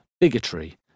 bigotry